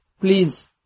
please